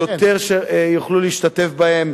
יותר יוכלו להשתתף בהן.